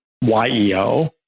YEO